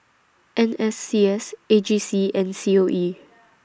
N S C S A G C and C O E